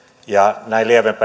ja näin säilöönottoa lievempi